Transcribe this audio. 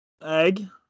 Egg